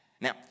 Now